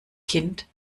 kind